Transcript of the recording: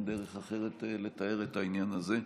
אין דרך אחרת לתאר את העניין הזה.